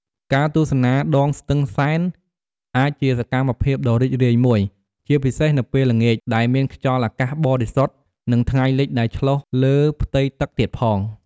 ការទស្សនាដងស្ទឹងសែន អាចជាសកម្មភាពដ៏រីករាយមួយ ជាពិសេសនៅពេលល្ងាចដែលមានខ្យល់អាកាសបរិសុទ្ធ និងថ្ងៃលិចដែលឆ្លុះលើផ្ទៃទឹកទៀតផង។